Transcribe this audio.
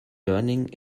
learning